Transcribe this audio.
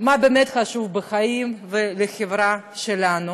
מה באמת חשוב בחיים ולחברה שלנו.